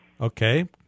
Okay